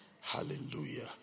Hallelujah